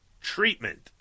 treatment